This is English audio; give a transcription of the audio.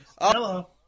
Hello